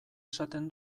esaten